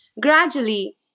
gradually